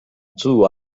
two